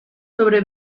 sobre